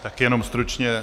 Tak jenom stručně.